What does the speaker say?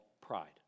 pride